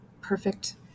perfect